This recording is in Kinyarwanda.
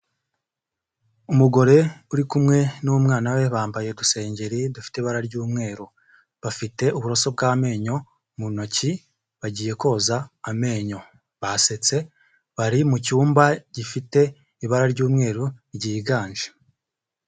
Umugore uri kumwe n'umwana we bambaye udusengeri dufite ibara ry'umweru, bafite uburoso bw'amenyo mu ntoki bagiye koza amenyo, basetse bari mu cyumba gifite ibara ry'umweru ryiganje.